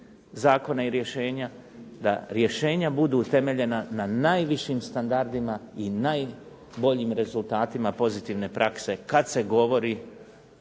zakone i rješenja, da rješenja budu utemeljena na najvišim standardima i najboljim rezultatima pozitivne prakse kada se govori